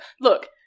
look